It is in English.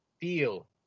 feel